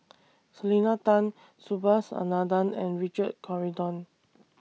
Selena Tan Subhas Anandan and Richard Corridon